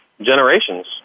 generations